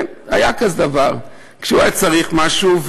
כן, היה כזה דבר, כשהוא היה צריך משהו.